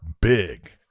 big